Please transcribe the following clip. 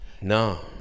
No